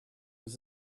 was